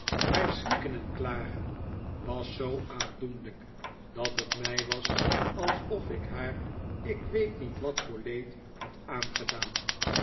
haar snikken en klagen was zoo aandoenlijk dat het mij was alsof ik haar ik weet niet wat voor leed had aangedaan